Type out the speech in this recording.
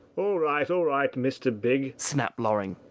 all right! all right, mr. big! snapped loring.